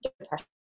depression